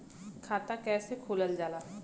खाता कैसे खोलल जाला?